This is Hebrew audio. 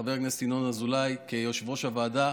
חבר הכנסת ינון אזולאי כיושב-ראש הוועדה,